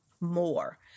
more